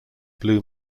blue